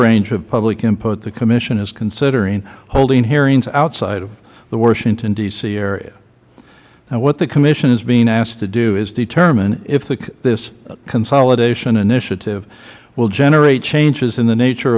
range of public input the commission is considering holding hearings outside of the washington dc area what the commission is being asked to do is determine if this consolidation initiative will generate changes in the nature